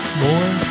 more